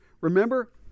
remember